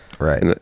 right